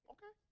Okay